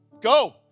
Go